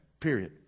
Period